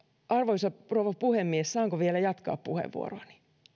arvoisa rouva puhemies saanko vielä jatkaa puheenvuoroani